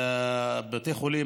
בבתי חולים,